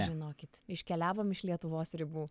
žinokit iškeliavom iš lietuvos ribų